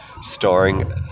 starring